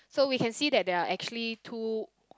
so we can see that there are actually two